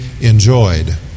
enjoyed